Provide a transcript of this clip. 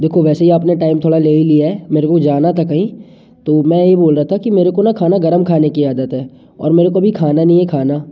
देखो वैसे ही आपने टाइम थोड़ा ले ही लिया है मेरे को जाना था कहीं तो मैं ये बोल रहा था कि मेरे को न खाना गरम खाने की आदत है और मेरे को अभी खाना नहीं खाना